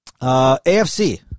AFC